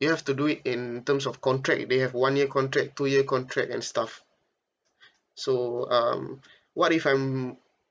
you have to do it in terms of contract they have one year contract two year contract and stuff so um what if I'm